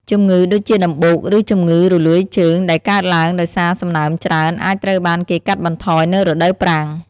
ជំងឺដូចជាដំបូកឬជំងឺរលួយជើងដែលកើតឡើងដោយសារសំណើមច្រើន អាចត្រូវបានគេកាត់បន្ថយនៅរដូវប្រាំង។